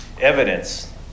evidence